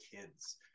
kids